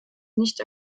nicht